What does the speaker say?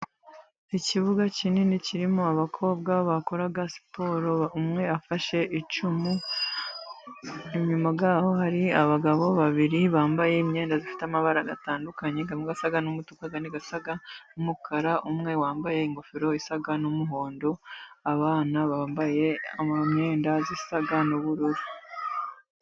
Ikibuga kinini kirimo abakobwa bakora siporo. Umwe afashe icumu, inyuma yaho hari abagabo babiri bambaye imyenda ifite amabara atandukanye, amwe asa n'umutuku, andi asa n'umukara. Umwe wambaye ingofero isa n'umuhondo, abana bambaye imyenda isa n'ubururu.